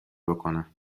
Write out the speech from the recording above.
بکنم